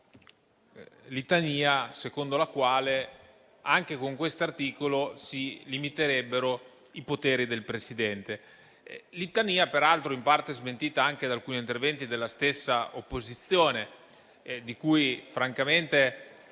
litania, secondo la quale, anche con questo articolo, si limiterebbero i poteri del Presidente, litania peraltro in parte smentita da alcuni interventi della stessa opposizione. Francamente,